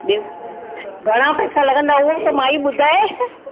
ॿियो घणा पेसा लॻंदा उहो त माई ॿुधाए